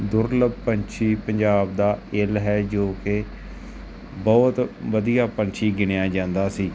ਦੁਰਲੱਭ ਪੰਛੀ ਪੰਜਾਬ ਦਾ ਇਲ੍ਹ ਹੈ ਜੋ ਕਿ ਬਹੁਤ ਵਧੀਆ ਪੰਛੀ ਗਿਣਿਆ ਜਾਂਦਾ ਸੀ